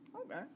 Okay